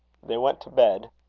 they went to bed.